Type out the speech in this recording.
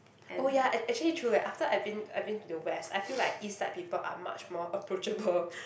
oh ya and actually true leh after I been I been to the West I feel like East side people are much more approachable